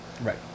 Right